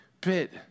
bit